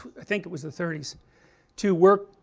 i think it was the thirty s to work,